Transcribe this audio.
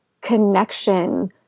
connection